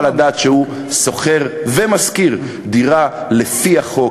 לדעת שהוא שוכר ומשכיר דירה לפי החוק,